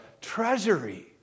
treasury